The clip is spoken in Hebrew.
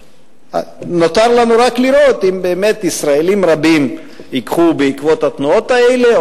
ונותר לנו רק לראות אם באמת ישראלים רבים ילכו בעקבות התנועות האלה,